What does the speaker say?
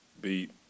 beat